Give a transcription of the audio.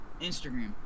Instagram